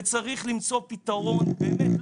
וצריך למצוא פתרון באמת,